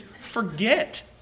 forget